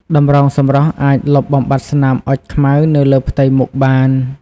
តម្រងសម្រស់អាចលុបបំបាត់ស្នាមអុចខ្មៅនៅលើផ្ទៃមុខបាន។